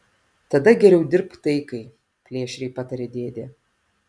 tada geriau dirbk taikai plėšriai patarė dėdė